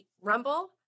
rumble